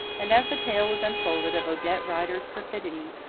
and as the tale was unfolded of odette rider's perfidy,